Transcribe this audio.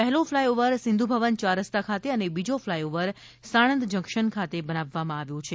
પહેલો flyover Sindhu Bhavan ચાર રસ્તા ખાતે અને બીજો ફ્લાય ઓવર સાણંદ જંકશન ખાતે બનાવવામાં આવ્યો છે